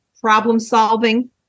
problem-solving